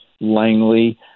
Langley